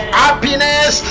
happiness